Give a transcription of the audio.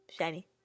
shiny